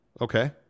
Okay